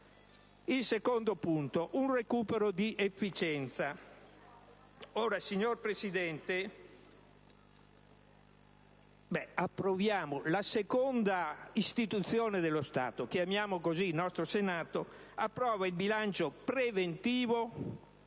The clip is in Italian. Il secondo punto attiene al recupero di efficienza. Signor Presidente, la seconda istituzione dello Stato - chiamiamo così il nostro Senato - approva il bilancio preventivo